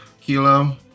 Kilo